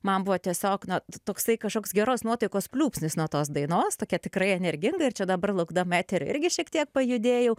man buvo tiesiog nu toksai kažkoks geros nuotaikos pliūpsnis nuo tos dainos tokia tikrai energinga ir čia dabar laukdama eterio irgi šiek tiek pajudėjau